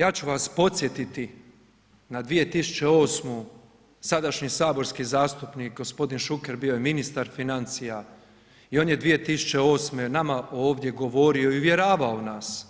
Ja ću vas podsjetiti na 2008. sadašnji saborski zastupnik gospodin Šuker bio je ministar financija i on je 2008. nama ovdje govorio i uvjeravao nas